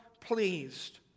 pleased